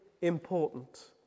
important